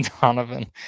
Donovan